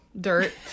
dirt